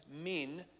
men